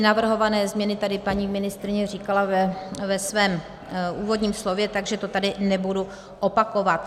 Navrhované změny tady paní ministryně říkala ve svém úvodním slově, takže to tady nebudu opakovat.